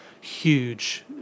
huge